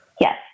Yes